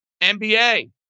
NBA